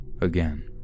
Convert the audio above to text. again